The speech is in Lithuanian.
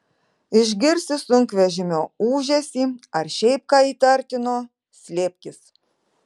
išgirsi sunkvežimio ūžesį ar šiaip ką įtartino slėpkis